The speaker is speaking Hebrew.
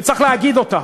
וצריך להגיד אותה,